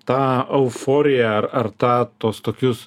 tą euforiją ar ar tą tuos tokius